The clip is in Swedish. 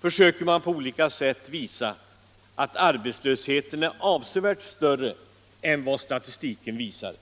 försöker man på olika sätt visa att arbetslösheten är avsevärt större än vad statistiken visar.